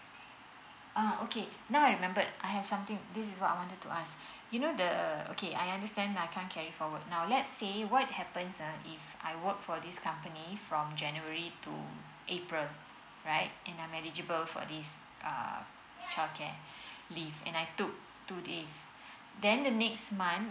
uh okay now I remembered I have something this is what I wanted to ask you know the okay I understand lah I can't carry forward now let's say happen ah if I work for this company form January to april right and I eligible for this uh childcare leave and I took two days then the next month